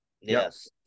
Yes